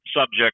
subject